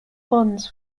bonds